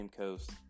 coast